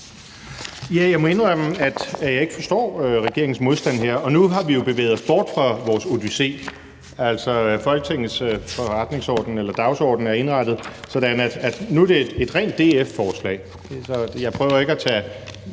Jeg må indrømme, at jeg ikke forstår regeringens modstand her. Nu har vi jo bevæget os bort fra vores odyssé. Folketingets dagsorden er indrettet sådan, at det, vi behandler nu, er et rent DF-forslag. Jeg prøver ikke på den